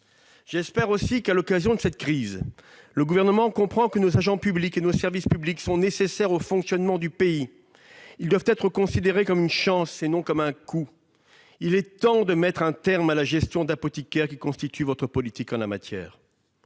J'espère aussi qu'à l'occasion de cette crise le Gouvernement comprend que nos agents publics et nos services publics sont nécessaires au fonctionnement du pays. Ils doivent être considérés comme une chance et non comme un coût. Il est temps de mettre un terme à la gestion d'apothicaire qui constitue votre politique en la matière.